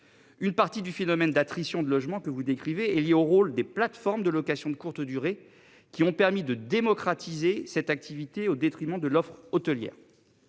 Une partie du phénomène d'attrition de logement que vous décrivez est lié au rôle des plateformes de locations de courte durée qui ont permis de démocratiser cette activité au détriment de l'offre hôtelière.